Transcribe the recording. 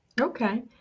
Okay